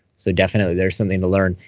so definitely there's something to learn.